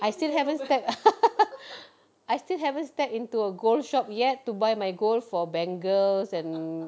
I still haven't step I still haven't step into a gold shop yet to buy my gold for bangles and